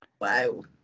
Wow